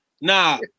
Nah